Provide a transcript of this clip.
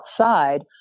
outside